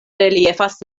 reliefas